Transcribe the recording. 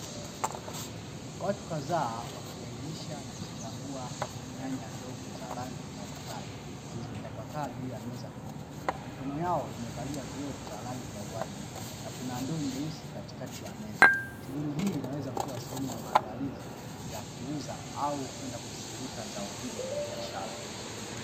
Watu kadhaa wakiainisha na kuchambua nyanya ndogo za rangi mbalimbali, zilizotapakaa juu ya meza kubwa. Mikono yao imevalia glavu za rangi ya waridi, na kuna ndoo nyeusi katikati ya meza. Shughuli hii inaweza kuwa sehemu ya maandalizi ya kuuza au kwenda kusindika zao hilo la biashara.